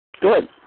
Good